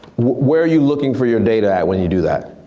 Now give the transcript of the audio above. where are you looking for your data at when you do that?